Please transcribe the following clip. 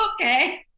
okay